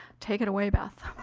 take it away, beth.